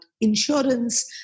insurance